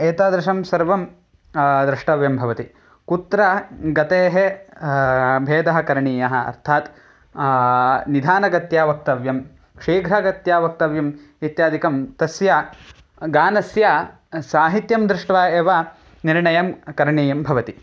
एतादृशं सर्वं द्रष्टव्यं भवति कुत्र गतेः भेदः करणीयः अर्थात् निधानगत्या वक्तव्यं शीघ्रगत्या वक्तव्यम् इत्यादिकं तस्य गानस्य साहित्यं दृष्ट्वा एव निर्णयं करणीयं भवति